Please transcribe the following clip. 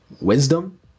wisdom